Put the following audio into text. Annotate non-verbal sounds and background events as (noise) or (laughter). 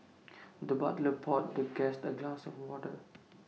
(noise) the butler poured the guest A glass of water